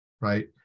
right